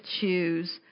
choose